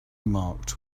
marked